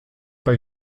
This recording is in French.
pas